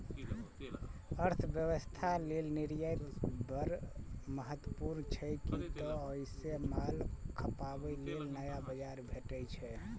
अर्थव्यवस्था लेल निर्यात बड़ महत्वपूर्ण छै, कियै तं ओइ सं माल खपाबे लेल नया बाजार भेटै छै